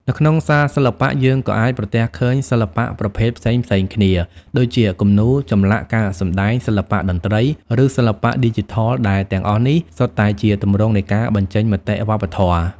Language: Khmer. នៅក្នុងសាលសិល្បៈ យើងក៏អាចប្រទះឃើញសិល្បៈប្រភេទផ្សេងៗគ្នា ដូចជាគំនូរ ចម្លាក់ ការសម្តែង សិល្បៈតន្ត្រី ឬសិល្បៈឌីជីថល ដែលទាំងអស់នេះសុទ្ធតែជាទម្រង់នៃការបញ្ចេញមតិវប្បធម៌។